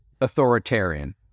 authoritarian